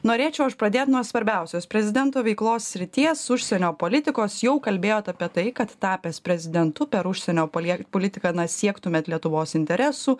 norėčiau aš pradėt nuo svarbiausios prezidento veiklos srities užsienio politikos jau kalbėjot apie tai kad tapęs prezidentu per užsienio polie politiką na siektumėt lietuvos interesų